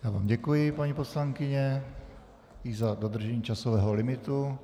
Já vám děkuji paní poslankyně, i za dodržení časového limitu.